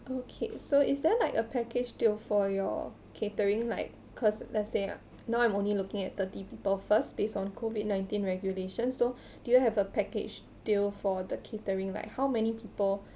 okay so is there like a package deal for your catering like because let's say ah now I'm only looking at thirty people first based on COVID nineteen regulations so do you have a package deal for the catering like how many people